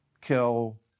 kill